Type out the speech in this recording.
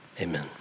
amen